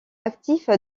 actif